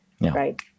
right